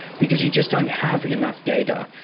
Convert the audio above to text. because you just don't have enough data.